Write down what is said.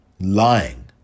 Lying